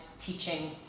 teaching